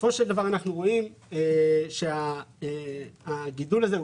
בסופו של דבר אנחנו רואים שהגידול הזה הוא